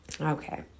okay